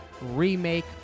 remake